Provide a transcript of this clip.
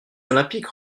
olympiques